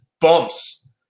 bumps